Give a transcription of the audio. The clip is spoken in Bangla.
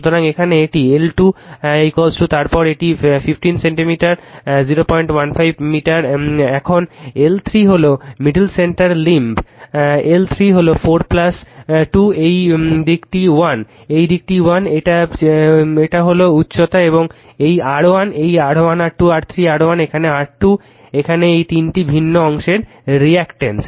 সুতরাং এখানে এটি L2 তারপর এটি 15 সেন্টিমিটার 015 মিটার এখন L 3 হল মিডিল সেন্টার লিম্ব L 3 হল 4 2 এই দিকটি 1 এই দিকটি 1 এটি হল উচ্চতা এবং এই R1 এই R1 R2 R3 R1 এখানে R2 এখানে এই তিনটি ভিন্ন অংশের রিল্যাকটেন্স